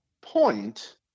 point